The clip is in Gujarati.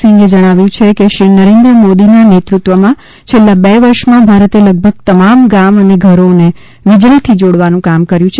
સિંઘે જણાવ્યું છે કે શ્રી નરેન્દ્ર મોદીના નેતૃત્વમાં છેલ્લા બે વર્ષમાં ભારતે લગભગ તમામ ગામ અને ઘરોને વીજળીથી જોડવાનું કામ કર્યું છે